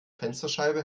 fensterscheibe